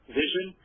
vision